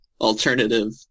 alternative